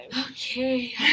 Okay